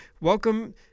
Welcome